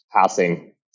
passing